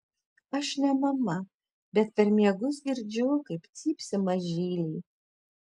aš ne mama bet per miegus girdžiu kaip cypsi mažyliai